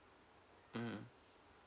mmhmm